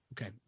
Okay